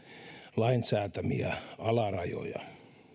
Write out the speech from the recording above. lain säätämiä alarajoja